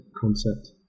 concept